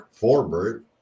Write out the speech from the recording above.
Forbert